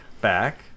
back